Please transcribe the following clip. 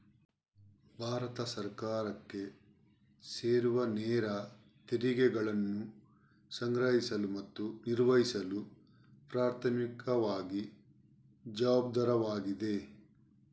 ಭಾರತ ಸರ್ಕಾರಕ್ಕೆ ಸೇರುವನೇರ ತೆರಿಗೆಗಳನ್ನು ಸಂಗ್ರಹಿಸಲು ಮತ್ತು ನಿರ್ವಹಿಸಲು ಪ್ರಾಥಮಿಕವಾಗಿ ಜವಾಬ್ದಾರವಾಗಿದೆ